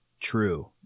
true